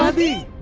ah the